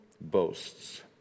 boasts